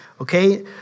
okay